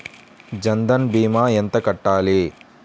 జన్ధన్ భీమా ఎంత కట్టాలి?